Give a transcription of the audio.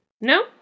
No